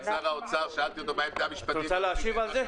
את רוצה להשיב על זה?